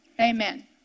Amen